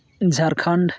Jharkhand